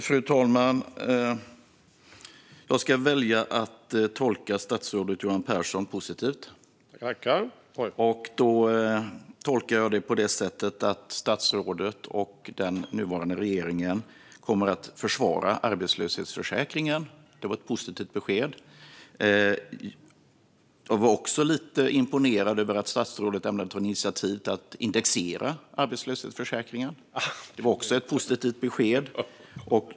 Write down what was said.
Fru talman! Jag ska välja att tolka statsrådet Johan Pehrson positivt. : Tack!) Jag tolkar det på ett sådant sätt att statsrådet och den nuvarande regeringen kommer att försvara arbetslöshetsförsäkringen. Det var ett positivt besked. Jag var också lite imponerad över att statsrådet ämnar ta initiativ till att indexera arbetslöshetsförsäkringen. Det var också ett positivt besked.